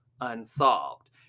unsolved